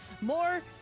More